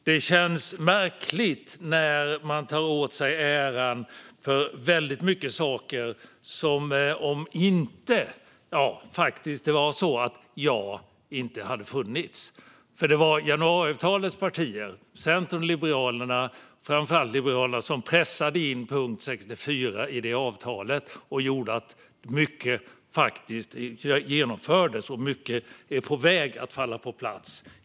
Det känns även märkligt att man tar åt sig äran för mycket som inte hade hänt om jag inte funnits. Det var nämligen Centern och framför allt Liberalerna som pressade in punkt 64 i januariavtalet, vilket gjorde att mycket har genomförts och mycket är på väg att komma på plats.